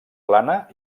plana